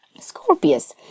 Scorpius